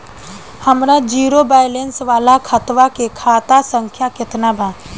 हमार zero balance वाला खतवा के खाता संख्या केतना बा?